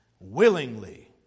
Willingly